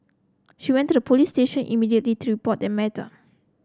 she went to a police station immediately to report the matter